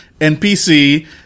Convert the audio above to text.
NPC